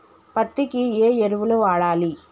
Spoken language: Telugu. పత్తి కి ఏ ఎరువులు వాడాలి?